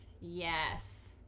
Yes